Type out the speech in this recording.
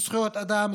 זכויות אדם,